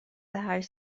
هشت